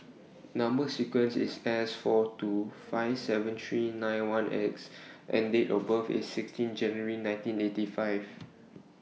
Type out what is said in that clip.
Number sequence IS S four two five seven three nine one X and Date of birth IS sixteen January nineteen eighty five